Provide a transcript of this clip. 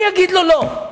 מי יגיד לו לא?